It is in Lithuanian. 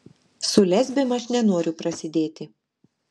su lesbėm aš nenoriu prasidėti